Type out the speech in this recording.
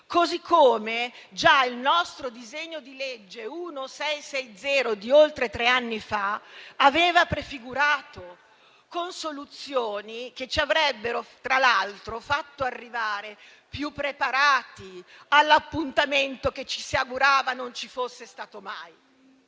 così come già il nostro disegno di legge n. 1660 di oltre tre anni fa aveva prefigurato, con soluzioni che, tra l'altro, ci avrebbero fatto arrivare più preparati all'appuntamento che ci si augurava non ci fosse stato mai.